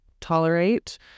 tolerate